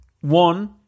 One